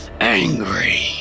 angry